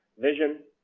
vision,